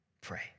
pray